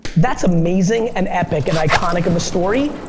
that's amazing and epic and iconic of a story,